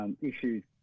issues